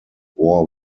war